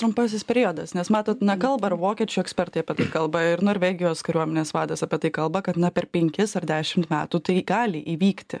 trumpasis periodas nes matot na kalba ir vokiečių ekspertai apie kalba ir norvegijos kariuomenės vadas apie tai kalba kad na per penkis ar dešimt metų tai gali įvykti